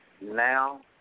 Now